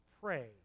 pray